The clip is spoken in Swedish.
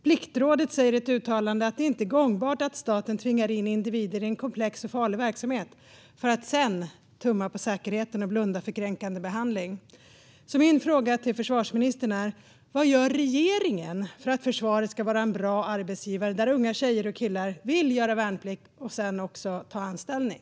Pliktrådet säger i ett uttalande: "Det är inte gångbart att staten tvingar in individer i en komplex och farlig verksamhet, för att sedan tumma på säkerheten och blunda för kränkande behandling." Vad gör regeringen för att försvaret ska vara en bra arbetsgivare där unga tjejer och killar vill göra värnplikt och sedan också ta anställning?